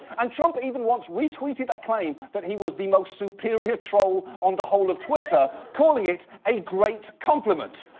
and trump even once retweeted a claim that he was the most superior troll on the whole of twitter, calling it a great compliment.